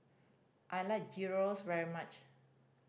I like Gyros very much